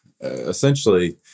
essentially